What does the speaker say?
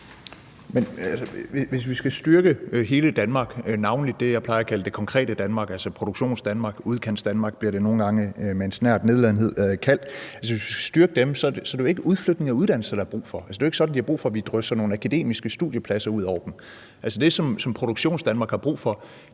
hvis vi skal styrke hele Danmark, navnlig det, som jeg plejer at kalder det konkrete Danmark, altså Produktionsdanmark – Udkantsdanmark bliver det også nogle gange med en snert af nedladenhed kaldt – så er det jo ikke udflytning af uddannelser, der er brug for. Altså, det er jo ikke sådan, at de har brug for, at vi drysser nogle akademiske studiepladser ud over dem. Det, som Produktionsdanmark har brug for,